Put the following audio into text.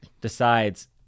decides